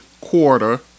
quarter